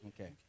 Okay